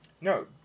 no